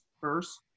first